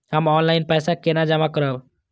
हम ऑनलाइन पैसा केना जमा करब?